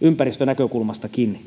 ympäristönäkökulmastakin